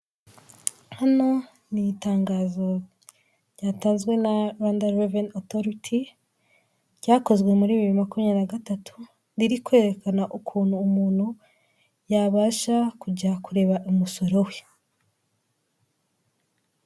Hano ni itangazo ryatanzwe na rwanda reveni otoriti ryakozwe muri bibiri na makumyabiri nagatatu, riri kwerekana ukuntu umuntu yabasha kujya kureba umusoro we.